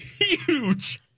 huge